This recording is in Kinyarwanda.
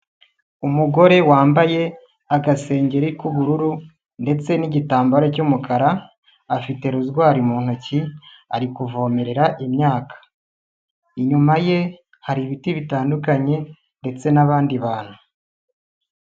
Umugore wambaye agasengeri k'ubururu ndetse n'igitambaro cy'umukara, afite rozwari mu ntoki ari kuvomerera imyaka, inyuma ye hari ibiti bitandukanye ndetse n'abandi bantu.